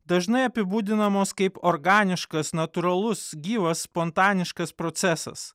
dažnai apibūdinamos kaip organiškas natūralus gyvas spontaniškas procesas